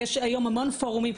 ויש היום המון פורומים.